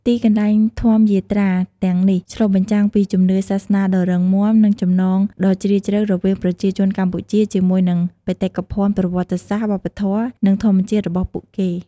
ទីកន្លែងធម្មយាត្រាទាំងនេះ ឆ្លុះបញ្ចាំងពីជំនឿសាសនាដ៏រឹងមាំ និងចំណងដ៏ជ្រាលជ្រៅរវាងប្រជាជនកម្ពុជាជាមួយនឹងបេតិកភណ្ឌប្រវត្តិសាស្ត្រ វប្បធម៌ និងធម្មជាតិរបស់ពួកគេ។